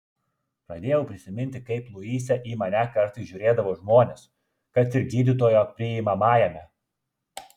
pradėjau prisiminti kaip luise į mane kartais žiūrėdavo žmonės kad ir gydytojo priimamajame